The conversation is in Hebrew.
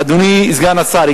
אדוני סגן השר,